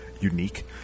unique